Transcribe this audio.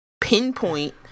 pinpoint